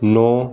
ਨੌਂ